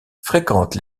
fréquente